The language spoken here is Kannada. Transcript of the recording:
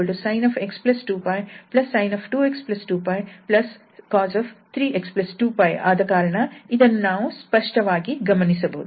𝑓𝑥 2𝜋 sin𝑥 2𝜋 sin2𝑥 2𝜋 cos3𝑥 2𝜋 ಆದಕಾರಣ ಇದನ್ನು ನಾವು ಸ್ಪಷ್ಟವಾಗಿ ಗಮನಿಸಬಹುದು